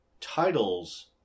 titles